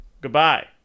goodbye